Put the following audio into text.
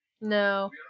No